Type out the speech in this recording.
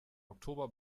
oktober